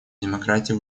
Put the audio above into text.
демократия